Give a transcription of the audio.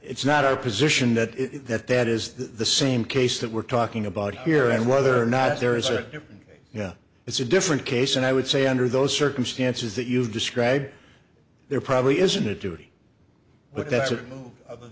it's not our position that is that that is the same case that we're talking about here and whether or not there is or if it's a different case and i would say under those circumstances that you describe there probably isn't a duty